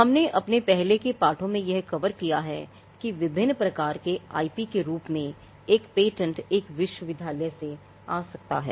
हमने अपने पहले के पाठों में यह कवर किया है कि विभिन्न प्रकार के IP के रूप में एक पेटेंट एक विश्वविद्यालय से आ सकता है